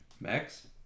Max